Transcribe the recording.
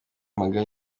mpaga